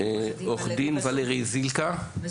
עו"ד ולרי זילכה,